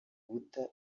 guta